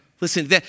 Listen